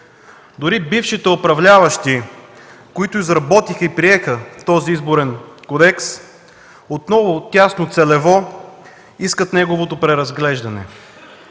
Дори бившите управляващи, които изработиха и приеха този Изборен кодекс, отново тясно целево искат неговото преразглеждане.